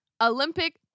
Olympic